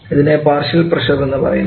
ഇതിനെ partial pressure എന്നും പറയുന്നു